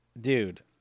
Dude